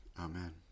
Amen